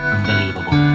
Unbelievable